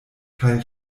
kaj